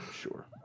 Sure